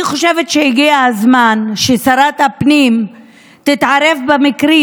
אני חושבת שהגיע הזמן ששרת הפנים תתערב במקרים